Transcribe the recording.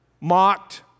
mocked